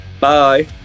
Bye